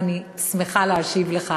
ואני שמחה להשיב לך